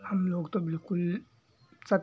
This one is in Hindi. हम लोग तो बिल्कुल सब